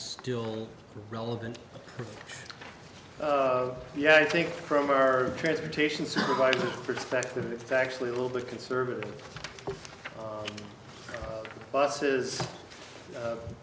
still relevant yeah i think from our transportation supervisors perspective it's actually a little bit conservative buses